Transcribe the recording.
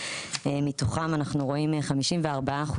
מתוכם אנחנו רואים 54%,